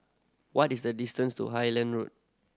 what is the distance to Highland Road